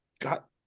got